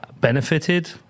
benefited